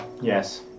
Yes